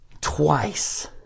Twice